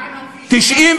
מה עם הכביש לטייבה?